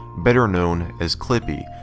better known as clippy,